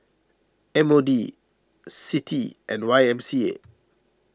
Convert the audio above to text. M O D Citi and Y M C A